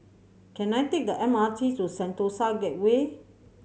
can I take the M R T to Sentosa Gateway